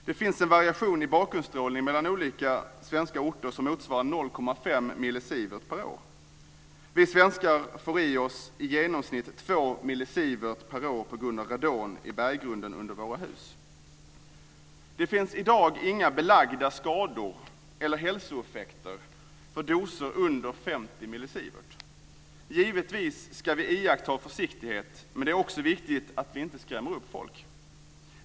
Det finns en variation i bakgrundsstrålning mellan olika svenska orter som motsvarar 0,5 millisievert per år. Vi svenskar får i oss i genomsnitt 2 millisievert per år på grund av radon i berggrunder under våra hus. Det finns i dag inga belagda skador eller hälsoeffekter av doser under 50 millisievert. Givetvis ska vi iaktta försiktighet, men det är också viktigt att vi inte skrämmer upp folk.